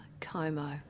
como